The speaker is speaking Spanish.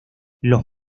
los